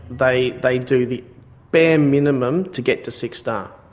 they they do the bare minimum to get to six star.